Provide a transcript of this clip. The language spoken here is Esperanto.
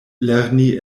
lerni